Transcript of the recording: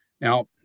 Now